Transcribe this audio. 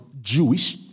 Jewish